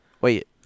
Wait